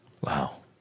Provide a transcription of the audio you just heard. Wow